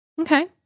Okay